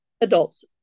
adults